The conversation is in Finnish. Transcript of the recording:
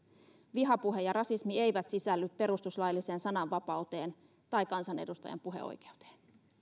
vihapuhe ja rasismi eivät sisälly perustuslailliseen sananvapauteen tai kansanedustajan puheoikeuteen